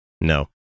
no